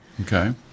Okay